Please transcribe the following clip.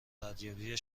ردیابی